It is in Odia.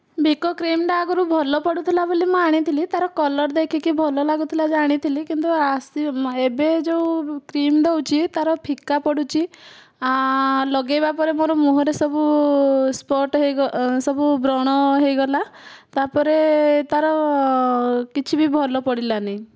ଭିକୋ କ୍ରିମଟା ଆଗରୁ ଭଲ ପଡ଼ୁଥିଲା ବୋଲି ମୁଁ ଆଣିଥିଲି ତାର କଲର ଦେଖିକି ଭଲ ଲାଗୁଥିଲା ବୋଲି ଆଣିଥିଲି କିନ୍ତୁ ଏବେ ଯେଉଁ କ୍ରିମ୍ ଦଉଛି ତାର ଫିକା ପଡୁଛି ଲଗେଇବା ପରେ ମୋର ମୁହଁରେ ସବୁ ସ୍ପଟ ସବୁ ବ୍ରଣ ହେଇଗଲା ତା'ପରେ ତା'ର କିଛି ବି ଭଲ ପଡ଼ିଲାନି